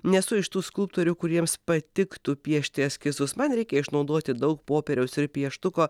nesu iš tų skulptorių kuriems patiktų piešti eskizus man reikia išnaudoti daug popieriaus ir pieštuko